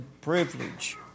privilege